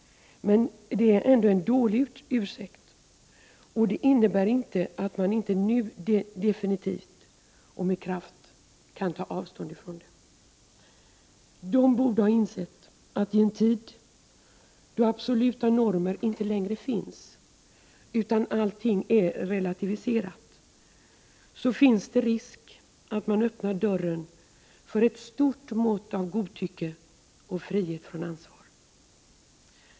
Men det är ändå en dålig ursäkt och innebär inte att man inte nu definitivt och med kraft kan ta avstånd från förslaget. Utredningen borde ha insett att i en tid då absoluta normer inte längre finns, | utan allting är relativiserat, så finns det risk att man öppnar dörren för ett | stort mått av godtycke och frihet från ansvar.